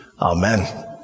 Amen